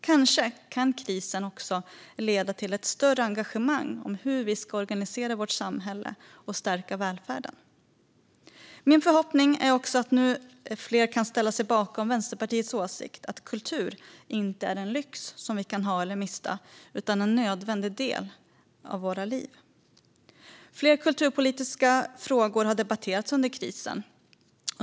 Kanske kan krisen också leda till ett större engagemang i hur vi ska organisera vårt samhälle och stärka välfärden. Min förhoppning är att fler nu kan ställa sig bakom Vänsterpartiets åsikt att kultur inte är en lyx som vi kan ha eller mista utan en nödvändig del i våra liv. Flera kulturpolitiska frågor har debatterats under krisen.